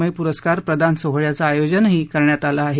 मय प्रस्कार प्रदान सोहळयाचं आयोजनही करण्यात आलं आहे